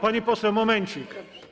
Pani poseł, momencik.